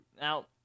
Now